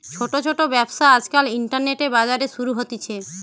ছোট ছোট ব্যবসা আজকাল ইন্টারনেটে, বাজারে শুরু হতিছে